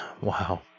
Wow